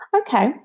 Okay